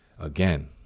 again